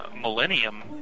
Millennium